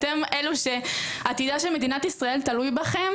אתם אלה שעתידה של מדינת ישראל תלוי בכם.